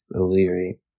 O'Leary